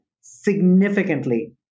significantly